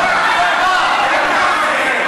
מה התקנון?